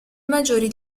maggiori